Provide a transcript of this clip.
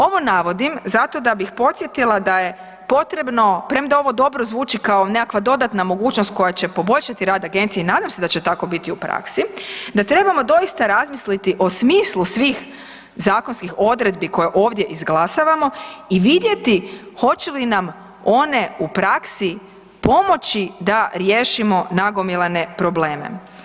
Ovo navodim zato da bih podsjetila da je potrebno, premda ovo dobro zvuči kao nekakva dodatna mogućnost koja će poboljšati rad agencije i nadam se da će tako biti u praksi, da trebamo doista razmisliti o smislu svih zakonskih odredbi koje ovdje izglasavamo i vidjeti hoće li nam one u praksi pomoći da riješimo nagomilane probleme.